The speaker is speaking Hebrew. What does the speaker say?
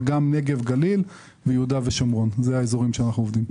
נגב-גליל ויהודה ושומרון הם האזורים שאנחנו עובדים בהם.